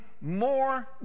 more